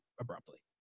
abruptly